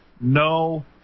no